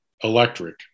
electric